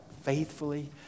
faithfully